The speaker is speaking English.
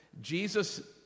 Jesus